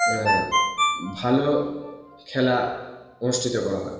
ভালো খেলা অনুষ্ঠিত করা হয়